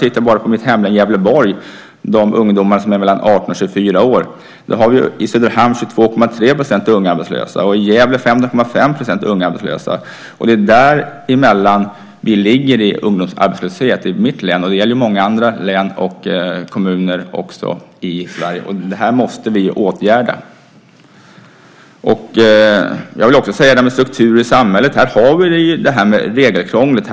När det gäller ungdomar som är mellan och 18 och 24 år i mitt hemlän Gävleborg är 22,3 % arbetslösa i Söderhamn och 15,5 % i Gävle. Det är på den nivån som ungdomsarbetslösheten ligger i mitt län, och det gäller även många andra län och kommuner i Sverige. Och detta måste vi åtgärda. Beträffande strukturer i samhället vill jag ta upp regelkrånglet.